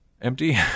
empty